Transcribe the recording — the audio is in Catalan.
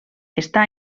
està